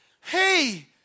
hey